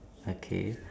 okay